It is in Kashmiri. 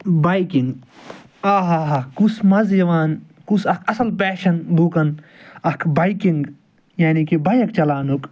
بایکِنٛگ آ ہہ ہہ ہہ کُس مَزٕ یِوان کُس اَکھ اَصٕل پٮ۪شَن لوٗکَن اَکھ بایکِنٛگ یعنی کہ بایَک چلاونُک